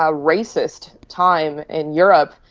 ah racist time in europe,